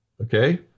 Okay